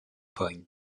point